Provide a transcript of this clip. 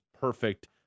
perfect